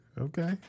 Okay